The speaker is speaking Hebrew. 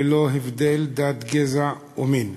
ללא הבדל דת, גזע או מין,